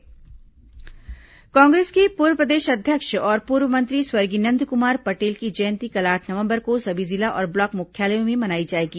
नंदकुमार पटेल जयंती कांग्रेस के पूर्व प्रदेश अध्यक्ष और पूर्व मंत्री स्वर्गीय नंदकुमार पटेल की जयंती कल आठ नवंबर को सभी जिला और ब्लॉक मुख्यालयों में मनाई जाएगी